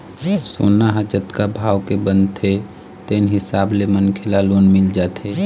सोना ह जतका भाव के बनथे तेन हिसाब ले मनखे ल लोन मिल जाथे